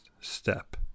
step